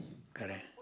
correct